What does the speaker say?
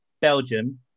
Belgium